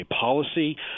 policy